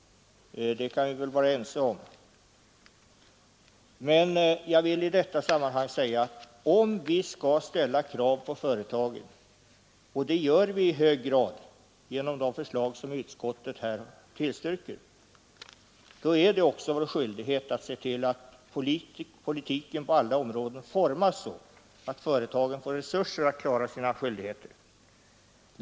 Det kan vi väl vara ense om. Men jag vill i detta sammanhang säga att om vi skall ställa krav på företagen, och det gör vi i hög grad genom de förslag som utskottet här tillstyrker, då är det också vår skyldighet att se till att politiken på alla områden formas så att företagen får resurser att klara sina skyldigheter.